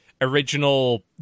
original